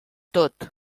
tot